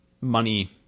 money